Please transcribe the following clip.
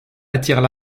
attirent